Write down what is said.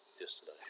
yesterday